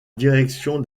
direction